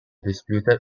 disputed